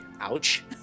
Ouch